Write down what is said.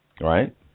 right